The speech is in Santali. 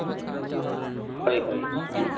ᱦᱳᱭᱼᱦᱳᱭ